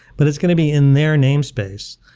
but it's going to be in their namespace.